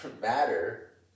matter